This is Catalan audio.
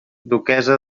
duquessa